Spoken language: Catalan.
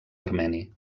armeni